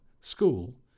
school